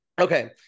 okay